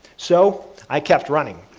so, i kept running.